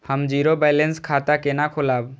हम zero balance खाता केना खोलाब?